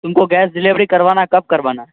تم کو gas delivery کروانا ہے کب کروانا ہے